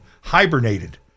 hibernated